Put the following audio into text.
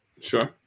sure